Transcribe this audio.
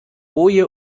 boje